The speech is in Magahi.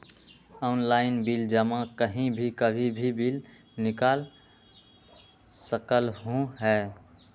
ऑनलाइन बिल जमा कहीं भी कभी भी बिल निकाल सकलहु ह?